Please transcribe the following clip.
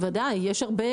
יש הרבה.